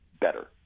better